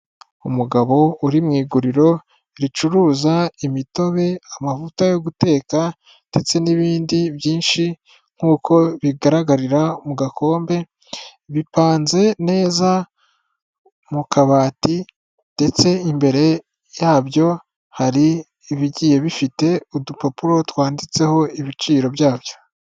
Umugabo uri mu iguriro ricuruza imitobe amavuta yo guteka ndetse n'ibindi byinshi, nk'uko bigaragarira mu gakombe, bipanze neza mu kabati, ndetse imbere yabyo hari ibigiye bifite udupapuro twanditseho ibiciro byabyo.